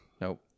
nope